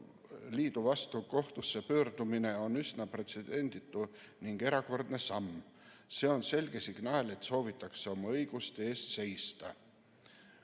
Liidu vastu kohtusse pöördumine on üsna pretsedenditu ning erakordne samm. See on selge signaal, et soovitakse oma õiguste eest seista.